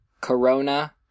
Corona